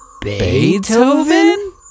Beethoven